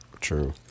True